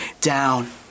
down